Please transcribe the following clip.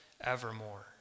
evermore